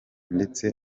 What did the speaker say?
ndetse